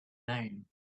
name